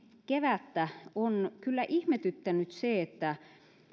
kevättä on kyllä ihmetyttänyt se